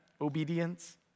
obedience